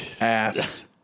Ass